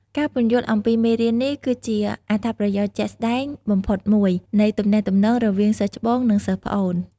ការពន្យល់អំពីមេរៀននេះគឺជាអត្ថប្រយោជន៍ជាក់ស្តែងបំផុតមួយនៃទំនាក់ទំនងរវាងសិស្សច្បង និងសិស្សប្អូន